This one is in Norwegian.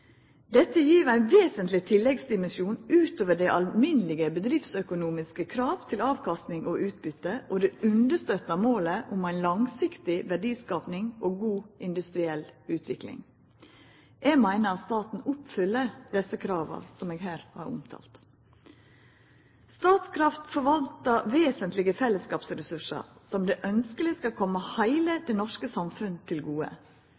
Dette gjev ein vesentleg tilleggsdimensjon utover dei alminnelege bedriftsøkonomiske krava til avkasting og utbytte, og det understøttar målet om ei langsiktig verdiskaping og god industriell utvikling. Eg meiner staten oppfyller desse krava som eg her har omtalt. Statkraft forvaltar vesentlege fellesskapsressursar som det er ønskeleg skal koma heile det norske samfunnet til gode.